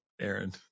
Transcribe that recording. Aaron